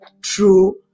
true